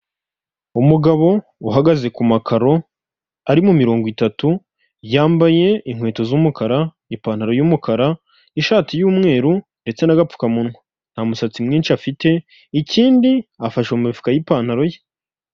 Umugabo uhagaze ku makaro ari mu mirongo itatu, yambaye inkweto z'umukara, ipantaro y'umukara, ishati y'umweru ndetse n'agapfukamunwa. Nta musatsi mwinshi afite, ikindi afashe mu imifuka y'ipantaro ye.